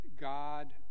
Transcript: God